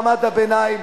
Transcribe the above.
מעמד הביניים,